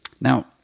Now